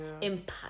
impact